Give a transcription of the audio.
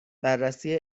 بررسی